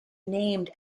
named